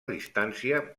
distància